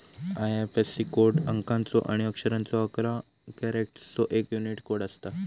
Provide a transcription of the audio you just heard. IFSC code अंकाचो आणि अक्षरांचो अकरा कॅरेक्टर्सचो एक यूनिक कोड असता